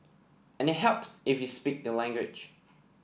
and it helps if you speak the language